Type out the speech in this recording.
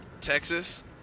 Texas